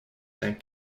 simple